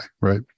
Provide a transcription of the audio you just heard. right